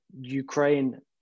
Ukraine